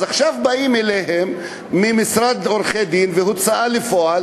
אז עכשיו באים אליהם ממשרד עורכי-דין והוצאה לפועל